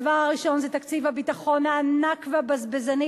הדבר הראשון זה תקציב הביטחון הענק והבזבזני